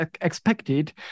expected